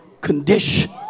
condition